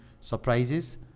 surprises